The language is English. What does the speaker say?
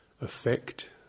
effect